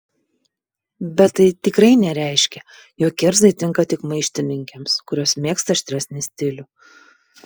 bet tai tikrai nereiškia jog kerzai tinka tik maištininkėms kurios mėgsta aštresnį stilių